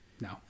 no